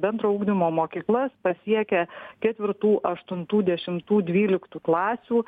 bendro ugdymo mokyklas pasiekia ketvirtų aštuntų dešimtų dvyliktų klasių